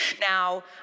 now